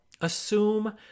assume